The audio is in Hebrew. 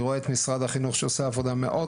אני רואה את משרד החינוך שעושה עבודה מאוד